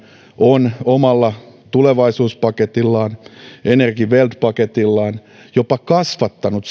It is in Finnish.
on omalla tulevaisuuspaketillaan energiewende paketillaan jopa kasvattanut